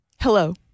Hello